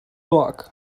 luck